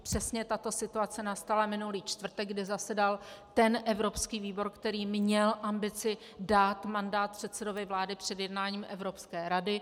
Přesně tato situace nastala minulý čtvrtek, kdy zasedal evropský výbor, který měl ambici dát mandát předsedovi vlády před jednáním Evropské rady.